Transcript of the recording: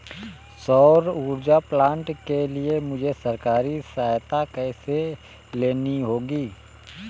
सौर ऊर्जा प्लांट के लिए मुझे सरकारी सहायता कैसे लेनी होगी?